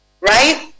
right